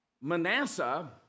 Manasseh